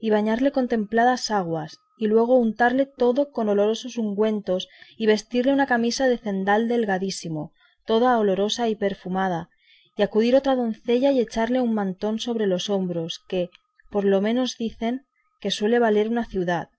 y bañarle con templadas aguas y luego untarle todo con olorosos ungüentos y vestirle una camisa de cendal delgadísimo toda olorosa y perfumada y acudir otra doncella y echarle un mantón sobre los hombros que por lo menos menos dicen que suele valer una ciudad